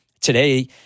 Today